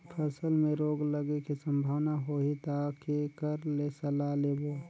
फसल मे रोग लगे के संभावना होही ता के कर ले सलाह लेबो?